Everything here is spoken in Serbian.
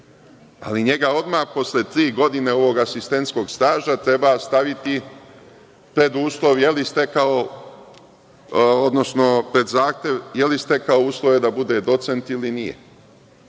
ali njega odmah posle tri godine ovog asistentskog staža treba staviti pred zahtev da li je stekao uslove da bude docent ili nije.